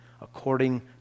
According